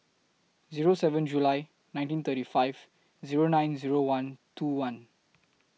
Zero seven July nineteen thirty five Zero nine Zero one two one